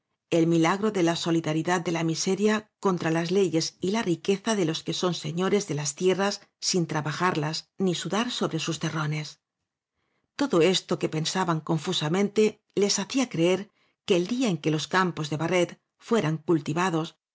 el milagro de la solidaridad de la miseria contra las leyes y la riqueza de los que son seño res de las tierras sin trabajarlas ni sudar so bre sus terrones todo esto que pensaban confusamente les hacía creer que el día en que los campos de barret fueran cultivados